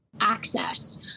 access